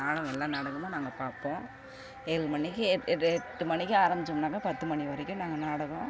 நானும் எல்லா நாடகமும் நாங்கள் பார்ப்போம் ஏழு மணிக்கு ஏ ஏ எட்டு மணிக்கு ஆரம்மிச்சம்னாக்கா பத்து மணி வரைக்கும் நாங்கள் நாடகம்